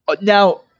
now